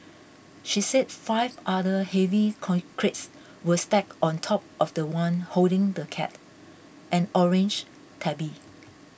she said five other heavy con crates were stacked on top of the one holding the cat an orange tabby